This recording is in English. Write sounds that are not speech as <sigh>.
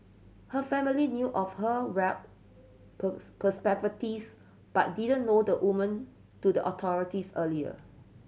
her family knew of her warped <unintelligible> perspectives but didn't know the woman to the authorities earlier